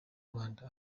rwanda